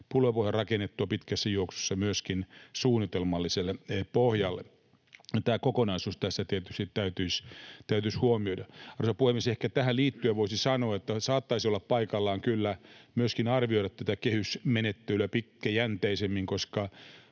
sen tulopohjan rakennettua pitkässä juoksussa suunnitelmalliselle pohjalle. Tämä kokonaisuus tässä tietysti täytyisi huomioida. Arvoisa puhemies! Ehkä tähän liittyen voisi sanoa, että saattaisi kyllä olla paikallaan arvioida tätä kehysmenettelyä myöskin pitkäjänteisemmin.